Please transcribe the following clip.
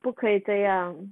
不可以这样